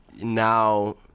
now